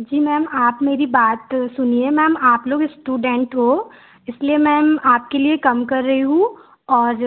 जी ma'am आप मेरी बात सुनिए मैम आप लोग इस्टुडेन्ट हो इसलिए मैम आपके लिए कम कर रही हूँ और